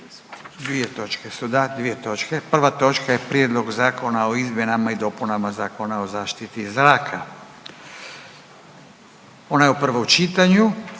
dvije točke su, da, dvije točke. Prva točka je: - Prijedlog zakona o izmjenama i dopunama Zakona o zaštiti zraka, prvo čitanje,